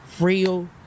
real